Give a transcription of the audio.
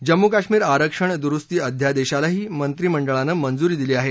जम्मू कश्मीर आरक्षण दुरुस्ती अध्यादेशालाही मंत्रिमंडळानं मंजुरी दिली आहे